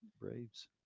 braves